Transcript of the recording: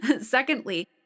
Secondly